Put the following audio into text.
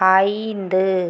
ஐந்து